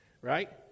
Right